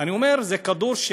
כדור,